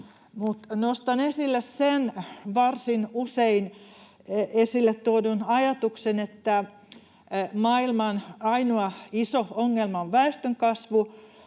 nostan esille sen varsin usein esille tuodun ajatuksen, että maailman ainoa iso ongelma on väestönkasvu: